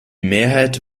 mehrheit